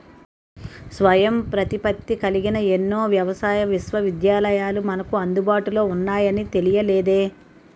స్వయం ప్రతిపత్తి కలిగిన ఎన్నో వ్యవసాయ విశ్వవిద్యాలయాలు మనకు అందుబాటులో ఉన్నాయని తెలియలేదే